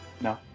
no